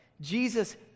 Jesus